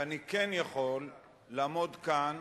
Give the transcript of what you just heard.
ואני כן יכול לעמוד כאן